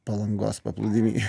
palangos paplūdimy